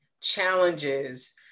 challenges